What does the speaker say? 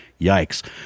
Yikes